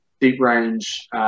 deep-range